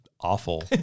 awful